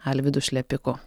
alvydu šlepiku